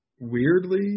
Weirdly